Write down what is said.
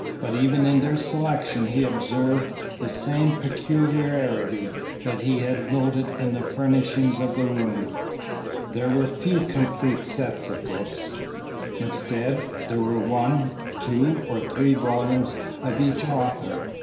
but even in their selection he observed the same peculiarity that he had noted in the furnishing of the room there were few complete sets of books instead, there were one, two, or three volumes of each author,